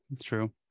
true